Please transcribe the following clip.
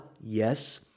yes